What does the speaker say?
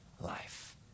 life